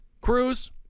Cruz